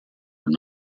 were